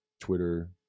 Twitter